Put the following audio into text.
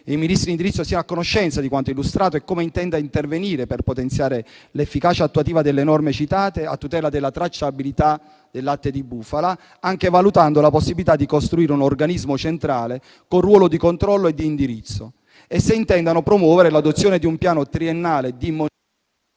il Ministro in indirizzo sia a conoscenza di quanto illustrato e come intenda intervenire per potenziare l'efficacia attuativa delle norme citate a tutela della tracciabilità del latte di bufala, anche valutando la possibilità di costituire un organismo centrale con ruolo di controllo e di indirizzo; se intenda promuovere l'adozione di un piano triennale di monitoraggio